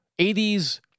80s